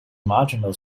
marginal